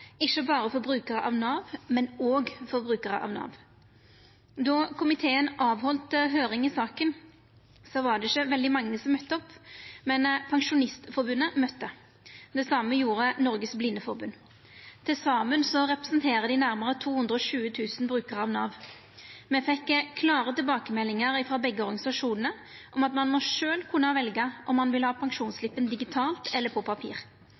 ikkje berre for brukarar av Nav, men òg for brukarar av Nav. Då komiteen heldt høyring i saka, var det ikkje veldig mange som møtte opp, men Pensjonistforbundet møtte. Det same gjorde Norges Blindeforbund. Til saman representerer dei nærmare 220 000 brukarar av Nav. Me fekk klare tilbakemeldingar frå begge organisasjonane om at ein må sjølv kunna velja om ein vil ha pensjonsslippen digitalt eller på papir.